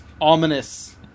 ominous